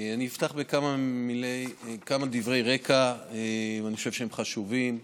אני אפתח בכמה דברי רקע, אני חושב שהם חשובים.